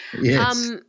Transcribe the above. yes